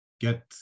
get